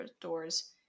doors